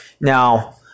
Now